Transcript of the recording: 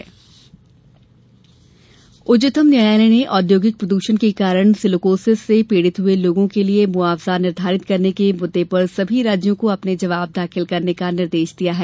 उच्चतम न्यायालय उच्चतम न्यायालय ने औद्योगिक प्रदूषण के कारण सिलिकोसिस से पीड़ित हुए लोगों के लिए मुआवजा निर्धारित करने के मुद्दे पर सभी राज्यों को अपने जवाब दाखिल करने का निर्देश दिया है